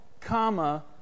comma